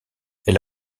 elle